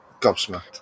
Gobsmacked